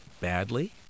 badly